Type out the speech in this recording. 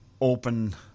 open